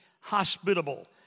hospitable